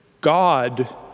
God